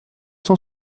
cent